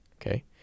Okay